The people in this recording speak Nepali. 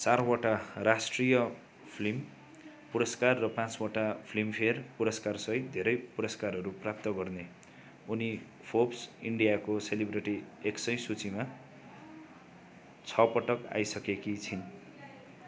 चारवटा राष्ट्रीय फ्लिम पुरस्कार र पाँचवटा फ्लिमफेयर पुरस्कारसहित धेरै पुरस्कारहरू प्राप्त गर्ने उनी फोर्ब्स इन्डियाको सेलिब्रेटी एक सय सूचीमा छ पटक आइसकेकी छिन्